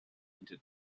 into